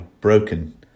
Broken